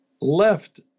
left